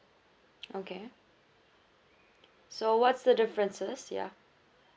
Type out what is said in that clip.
okay so what's the differences ya